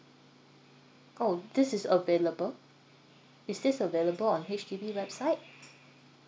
orh this is available is this available on H_D_B website